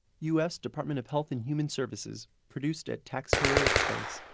u s. department of health and human services, produced at taxpayer expense.